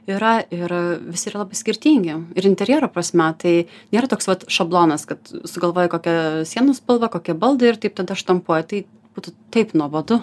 yra ir visi yra labai skirtingi ir interjero prasme tai nėra toks vat šablonas kad sugalvojai kokia sienų spalva kokie baldai ir taip tada štampuoja tai būtų taip nuobodu